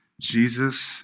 Jesus